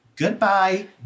Goodbye